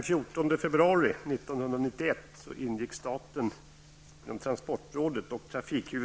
Fru talman!